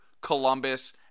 Columbus